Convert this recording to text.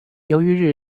由于